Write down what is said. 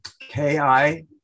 K-I